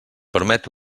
permet